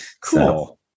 Cool